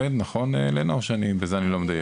נכון, לנה, או שבזה אני לא מדייק?